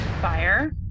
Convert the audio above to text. Fire